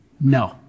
no